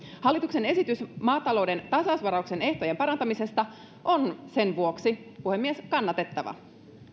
hallituksen esitys maatalouden tasausvarauksen ehtojen parantamisesta on sen vuoksi puhemies kannatettava